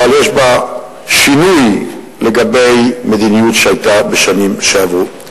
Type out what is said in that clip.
אבל יש בה שינוי לגבי המדיניות שהיתה בשנים שעברו.